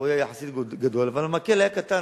היו יחסית גדולות, אבל המקל היה קטן.